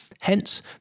Hence